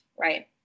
right